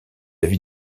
vis